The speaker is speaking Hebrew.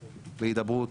בהידברות,